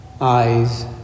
eyes